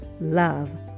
love